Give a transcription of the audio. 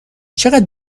چقدر